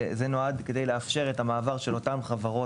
וזה נועד כדי לאפשר את המעבר של אותן חברות